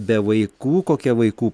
be vaikų kokia vaikų